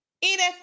Edith